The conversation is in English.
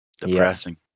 Depressing